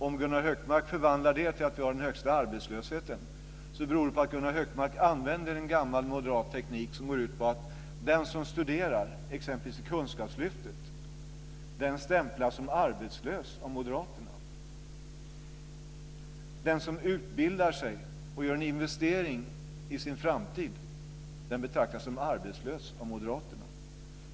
Om Gunnar Hökmark tolkar detta som att vi har den högsta arbetslösheten beror det på att han använder en gammal moderat teknik som går ut på att den som studerar - t.ex. i Kunskapslyftet - stämplas som arbetslös av moderaterna. Den som utbildar sig och gör en investering i sin framtid betraktas som arbetslös av moderaterna.